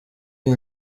iyi